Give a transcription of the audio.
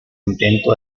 intento